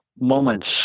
moments